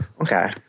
Okay